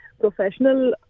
Professional